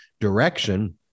direction